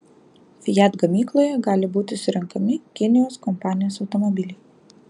fiat gamykloje gali būti surenkami kinijos kompanijos automobiliai